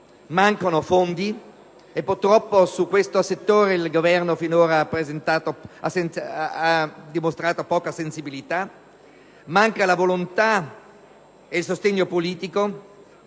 Mancano fondi e purtroppo in questo settore il Governo ha dimostrato finora poca sensibilità; mancano la volontà e il sostegno politico